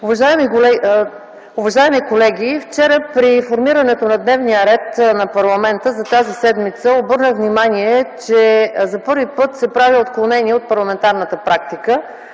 Уважаеми колеги, вчера при формирането на дневния ред на парламента за тази седмица обърнах внимание, че за първи път се прави отклонение от парламентарната практика,